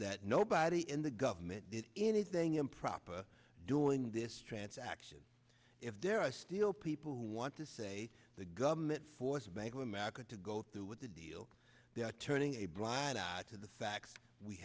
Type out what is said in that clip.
that nobody in the government did anything improper during this transaction if there are still people who want to say the government forced bank of america to go through with the deal they are turning a blind eye to the facts we